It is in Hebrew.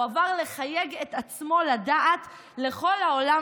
הוא עבר לחייג את עצמו לדעת לכל העולם